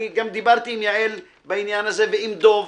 אני גם דיברתי עם יעל בעניין הזה ועם דב,